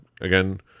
again